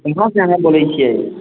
केकरासे अहाँ बोलै छियै